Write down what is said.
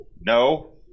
No